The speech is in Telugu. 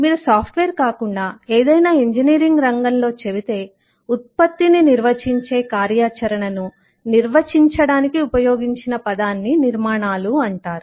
మీరు సాఫ్ట్వేర్ కాకుండా ఏదైనా ఇంజనీరింగ్ రంగంలో చెబితే ఉత్పత్తిని నిర్వచించే కార్యాచరణను నిర్వచించడానికి ఉపయోగించిన పదాన్ని నిర్మాణాలు అంటారు